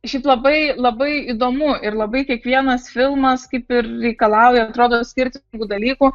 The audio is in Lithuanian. šiaip labai labai įdomu ir labai kiekvienas filmas kaip ir reikalauja atrodo skirtingų dalykų